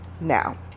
Now